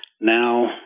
Now